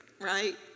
right